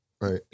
Right